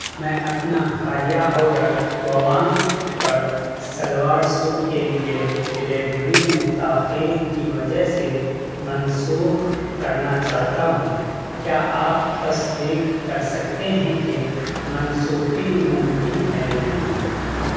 میں اپنا حالیہ آڈر ووانک پر سلوار سوٹ کے لیے ڈیلیوڑی میں تاخیر کی وجہ سے منسوخ کرنا چاہتا ہوں کیا آپ تصدیق کر سکتے ہیں کہ منسوخی ممکن ہے یا نہیں